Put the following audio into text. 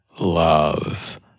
love